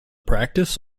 practice